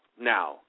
now